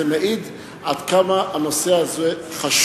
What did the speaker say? זה מעיד עד כמה הנושא הזה חשוב,